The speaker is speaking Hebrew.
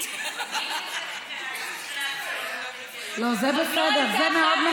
לא, זה בסדר.